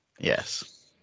Yes